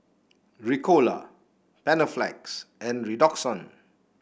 Ricola Panaflex and Redoxon